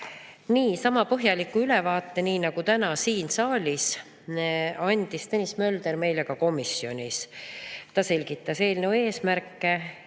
Niisama põhjaliku ülevaate kui täna siin saalis andis Tõnis Mölder meile komisjonis. Ta selgitas eelnõu eesmärke